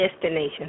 destination